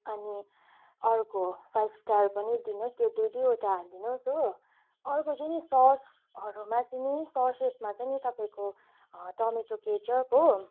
अनि अर्को five star पनि दिनुहोस् त्यो दुई दुईवटा हालिदिनुहोस् हो अर्को चाहिँ नि ससहरूमा चाहिँ नि ससेसमा चाहिँ नि तपाईँको टमेटो केचअप हो